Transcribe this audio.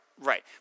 Right